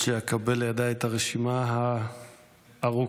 עד שאקבל לידי את הרשימה הארוכה,